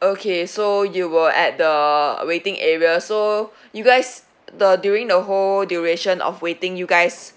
okay so you were at the waiting area so you guys the during the whole duration of waiting you guys